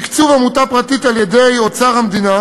תקצוב עמותה פרטית על-ידי אוצר המדינה